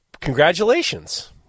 congratulations